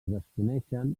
desconeixen